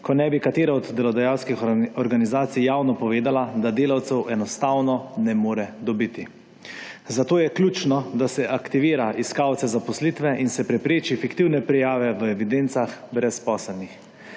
ko ne bi katera od delodajalskih organizacij javno povedala, da delavcev enostavno ne more dobiti. Zato je ključno, da se aktivira iskalce zaposlitve in se prepreči fiktivne prijave v evidencah brezposelnih.